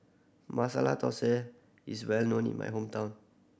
Masala Dosa is well known in my hometown